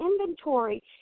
inventory